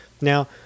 Now